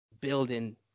building